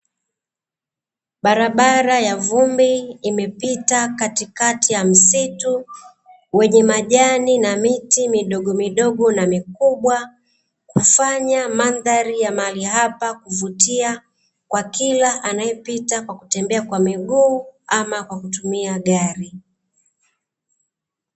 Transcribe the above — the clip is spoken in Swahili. Barabara ya vumbi imepita katikati ya msitu, wenye majani na miti midogomidogo na mikubwa, kufanya mandhari ya mahari hapa kuvutia, kwa kila anayepita kwa kutembea kwa miguu, ama kwa kutumia gari.